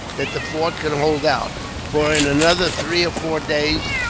that the fort can hold out for in another three or four days,